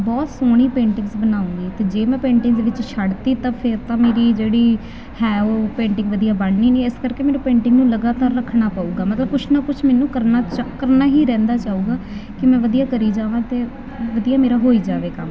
ਬਹੁਤ ਸੋਹਣੀ ਪੇਂਟਿੰਗਸ ਬਣਾਊਂਗੀ ਅਤੇ ਜੇ ਮੈਂ ਪੇਂਟਿੰਗਸ ਵਿੱਚ ਛੱਡਤੀ ਤਾਂ ਫਿਰ ਤਾਂ ਮੇਰੀ ਜਿਹੜੀ ਹੈ ਉਹ ਪੇਟਿੰਗ ਵਧੀਆ ਬਣਨੀ ਨਹੀਂ ਇਸ ਕਰਕੇ ਮੈਨੂੰ ਪੇਂਟਿੰਗ ਨੂੰ ਲਗਾਤਾਰ ਰੱਖਣਾ ਪਊਗਾ ਮਤਲਬ ਕੁਛ ਨਾ ਕੁਛ ਮੈਨੂੰ ਕਰਨਾ ਚਾ ਕਰਨਾ ਹੀ ਰਹਿੰਦਾ ਜਾਊਗਾ ਕਿ ਮੈਂ ਵਧੀਆ ਕਰੀ ਜਾਵਾਂ ਅਤੇ ਵਧੀਆ ਮੇਰਾ ਹੋਈ ਜਾਵੇ ਕੰਮ